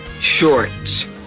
shorts